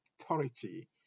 authority